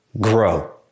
grow